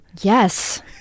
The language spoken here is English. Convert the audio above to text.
yes